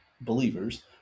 believers